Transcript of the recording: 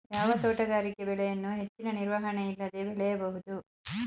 ಯಾವ ತೋಟಗಾರಿಕೆ ಬೆಳೆಯನ್ನು ಹೆಚ್ಚಿನ ನಿರ್ವಹಣೆ ಇಲ್ಲದೆ ಬೆಳೆಯಬಹುದು?